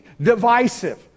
divisive